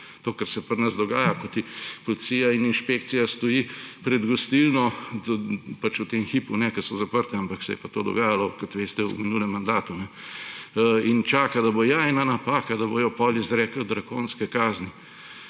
To, kar se pri nas dogaja, ko ti policija in inšpekcija stoji pred gostilno, pač v tem hipu ne, ko so zaprte, ampak se je pa to dogajalo, kot veste, v minulem mandatu; in čaka, da bo ja ena napaka, da bodo potem izrekli drakonske kazni.